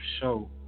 show